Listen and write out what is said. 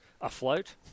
afloat